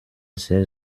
sehr